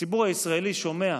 הציבור הישראלי שומע,